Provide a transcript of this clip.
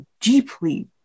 deeply